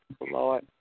Lord